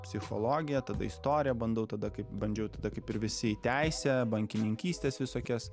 psichologiją tada istorija bandau tada kaip bandžiau tada kaip ir visi jį teisę bankininkystes visokias